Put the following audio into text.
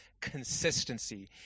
consistency